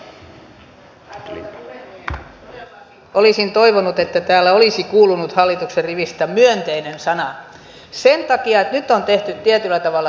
todellakin olisin toivonut että täällä olisi kuulunut hallituksen rivistä myönteinen sana sen takia että nyt on tehty tietyllä tavalla historiaa